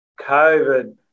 COVID